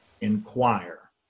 inquire